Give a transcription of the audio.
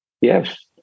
yes